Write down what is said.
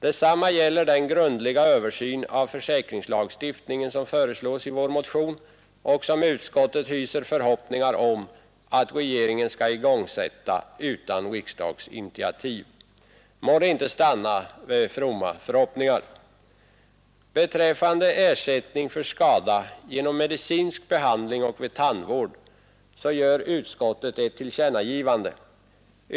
Detsamma gäller den grundliga översyn av försäkringslagstiftningen som föreslås i vår motion och som utskottet hyser förhoppningar om att regeringen skall igångsätta utan riksdagsinitiativ. Må det inte stanna vid fromma förhoppningar! Beträffande ersättning för skada genom medicinsk behandling och vid tandvård så gör utskottet ett tillkännagivande.